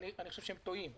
אני חושב שהם טועים.